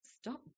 stop